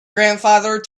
grandfather